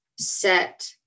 set